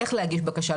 בקשה.